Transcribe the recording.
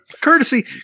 courtesy